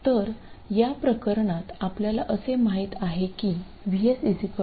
तर या प्रकरणात आपल्याला असे माहित आहे की VS5